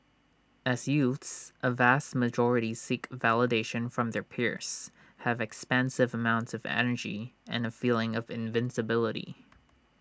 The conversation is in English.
as youths A vast majority seek validation from their peers have expansive amounts of energy and A feeling of invincibility